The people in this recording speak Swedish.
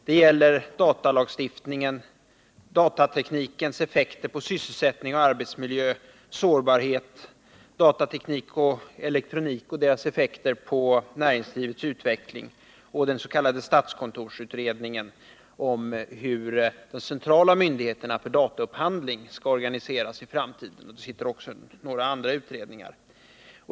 Det gäller datalagstiftningen, datateknikens effekter på sysselsättning och arbetsmiljö, samhällets sårbarhet, datateknik och elektronik och deras effekter på näringslivets utveckling och den s.k. statskontorsutredningen om hur de centrala myndigheterna för dataupphandling skall organiseras i framtiden. Det sitter också några andra utredningar.